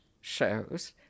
shows